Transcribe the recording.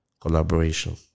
Collaboration